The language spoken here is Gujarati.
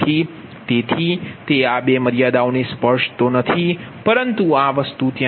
તેથી તે આ 2 મર્યાદાને સ્પર્શતો નથી પરંતુ આ ત્યાં છે